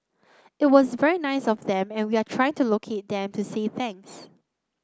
it was very nice of them and we are trying to locate them to say thanks